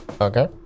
okay